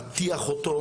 מטיח אותו,